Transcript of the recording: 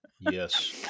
Yes